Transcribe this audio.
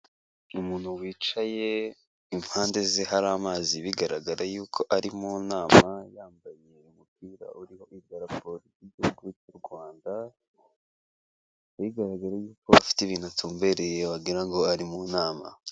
Umuntu wicaye impande ze hari amazi bigaragara yuko ari mu nama, yambaye umupira uriho i iba polisi ry'igihugu cy'u Rwanda, bigaragaje afite ibintu atumbereye wagira ngo ari mu nama.